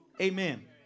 Amen